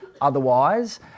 otherwise